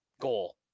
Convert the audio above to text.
Goal